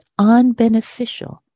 unbeneficial